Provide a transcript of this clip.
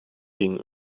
gegen